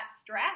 stress